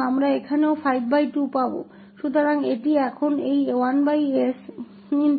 यहाँ भी हमारे पास 𝑛 12 है तो हमारे पास 32 है और हमें यहाँ भी